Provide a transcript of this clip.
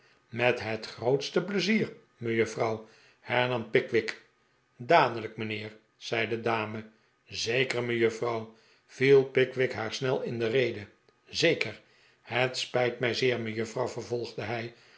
met het grootste pleizier mejuffrouw hernam pickwick dadelijk mijnheer zei de dame zeker mejuffrouw viel pickwick haar snel in de rede zeker het spijt mij zeer mejuffrouw vervolgde hij